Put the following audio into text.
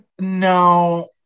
No